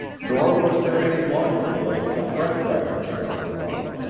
nor was there any longer delay when a fresh rider took up the run.